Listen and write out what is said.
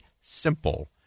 simple